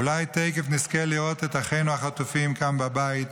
אולי תכף נזכה לראות את אחינו החטופים כאן בבית,